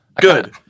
Good